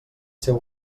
seu